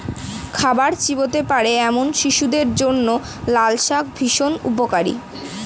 খাবার চিবোতে পারে এমন শিশুদের জন্য লালশাক ভীষণ উপকারী